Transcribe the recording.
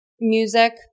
Music